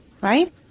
right